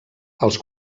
els